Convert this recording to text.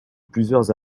plusieurs